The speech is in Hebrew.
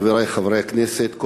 חברי חברי הכנסת,